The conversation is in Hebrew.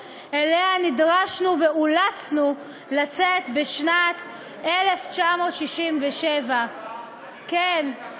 שנדרשנו לה ואולצנו לצאת אליה בשנת 1967. כבוד השרה,